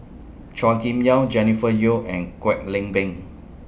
Chua Kim Yeow Jennifer Yeo and Kwek Leng Beng